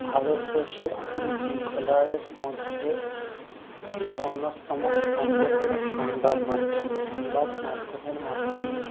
ভারতবর্ষের আইন শৃঙ্খলার মধ্যে অন্যতম স্তম্ভ হল সংবাদ মাধ্যম সংবাদ মাধ্যমের মাধ্যমে